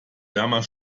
wärmer